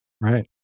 Right